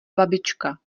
babička